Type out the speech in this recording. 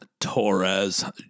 torres